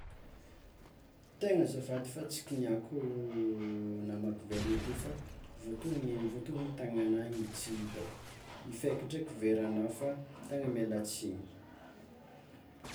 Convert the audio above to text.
Tegna azafady fa tsy kinihako namaky vera igny teo, fa voato- voadognan'ny tagnagnà igny tsy hitako, ifaiky ndraiky verana fa tegna miala tsiny.